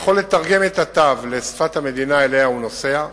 יכול לתרגם את התו לשפת המדינה שאליה הוא נוסע,